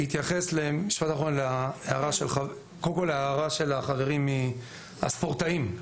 בהתייחס להערה של החברים הספורטאים: